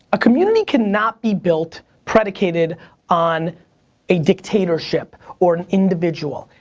a community can not be built predicated on a dictatorship or an individual.